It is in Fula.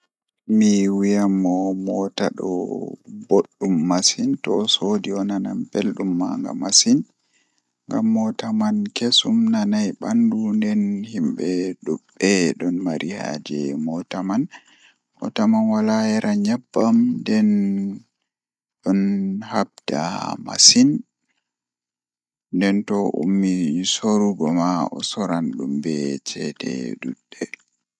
A jaɓɓii, ko miɗo faalaama on ko nder jam. Gaari ngol ngoni ko moƴƴere fota, nde njippude ko ka laawol ndimaagu e no ɗum njogortii, heɓata ka heewi faa njabbii. Gaari ngol waɗi ceede ngal heɓataa goɗɗum, sabu o waɗi nder hakkunde semmbugol ndee ka njaatigi e duuɗal.